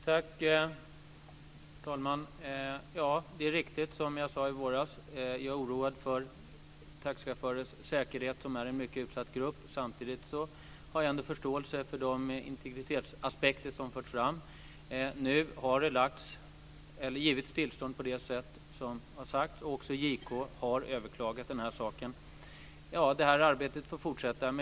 Herr talman! Det är riktigt, som jag sade i våras, att jag är oroad för taxichaufförernas säkerhet. De är en mycket utsatt grupp. Samtidigt har jag förståelse för de integritetsaspekter som har framförts. Nu har det givits tillstånd på det sätt som var sagt, och JK har överklagat det.